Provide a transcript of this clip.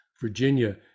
Virginia